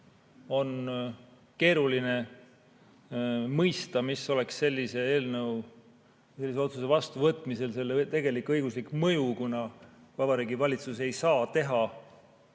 on keeruline mõista, mis oleks sellise otsuse vastuvõtmisel selle tegelik õiguslik mõju. Vabariigi Valitsus ei saa teha